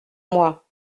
moi